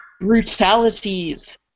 brutalities